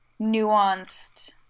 nuanced